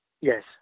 Yes